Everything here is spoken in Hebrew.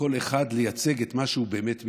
כל אחד, לייצג את מה שהוא באמת מייצג.